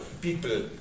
people